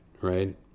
right